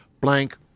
blank